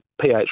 pH